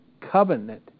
covenant